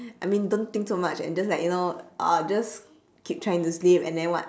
I mean don't think so much and just like you know uh just keep trying to sleep and then what